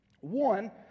One